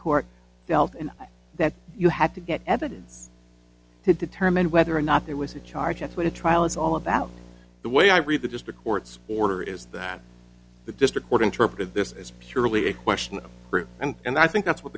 court dealt in that you had to get evidence to determine whether or not there was a charge at a trial is all about the way i read that just the court's order is that the district court interpreted this as purely a question and i think that's what